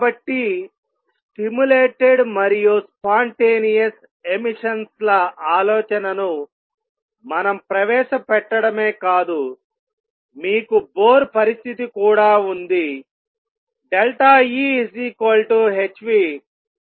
కాబట్టి స్టిములేటెడ్ మరియు spontaneous emissions ల ఆలోచనను మనం ప్రవేశపెట్టడమే కాదు మీకు బోర్ పరిస్థితి కూడా ఉంది E h